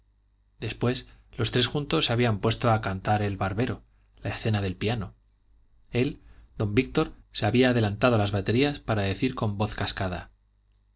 después los tres juntos se habían puesto a cantar el barbero la escena del piano él don víctor se había adelantado a las baterías para decir con voz cascada